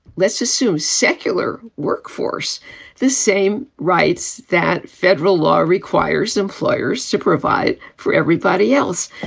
let's assume, secular workforce the same rights that federal law requires employers to provide for everybody else?